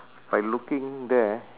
by looking there